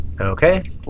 Okay